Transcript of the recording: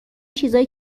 چیزای